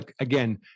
Again